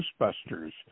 Ghostbusters